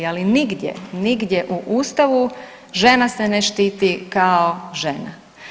Ali nigdje, nigdje u Ustavu žena se ne štiti kao žena.